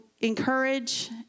encourage